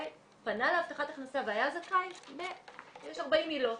פנה להבטחת הכנסה והיה זכאי יש 40 עילות,